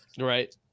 Right